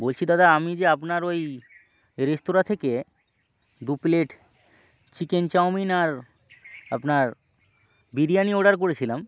বলছি দাদা আমি যে আপনার ওই রেস্তরাঁ থেকে দু প্লেট চিকেন চাউমিন আর আপনার বিরিয়ানি অর্ডার করেছিলাম